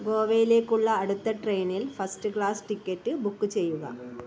ഗോവയിലേക്കുള്ള അടുത്ത ട്രെയിനിൽ first class ticket book ചെയ്യുക